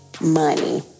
money